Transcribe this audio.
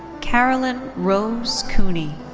caroline rose cooney.